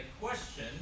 question